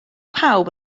pawb